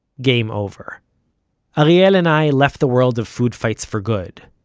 game over ariel and i left the world of food fights for good.